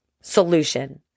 solution